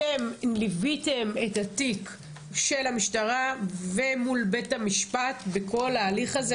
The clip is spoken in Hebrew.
אתם ליוויתם את התיק של המשטרה ומול בית המשפט בכל ההליך הזה?